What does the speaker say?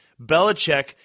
Belichick